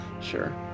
Sure